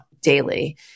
daily